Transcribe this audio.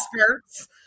experts